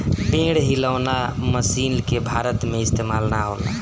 पेड़ हिलौना मशीन के भारत में इस्तेमाल ना होला